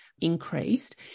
increased